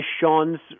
Sean's